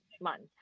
month